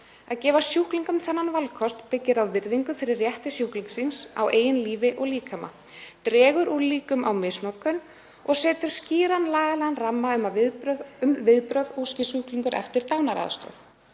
Að gefa sjúklingum þennan valkost byggir á virðingu fyrir rétti sjúklingsins á eigin lífi og líkama, dregur úr líkum á misnotkun og setur skýran lagalegan ramma um viðbrögð óski sjúklingur eftir dánaraðstoð.